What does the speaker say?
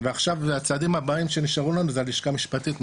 ועכשיו הצעדים הבאים שנשארו לנו זה הלשכה משפטית,